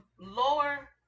lower